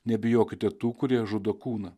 nebijokite tų kurie žudo kūną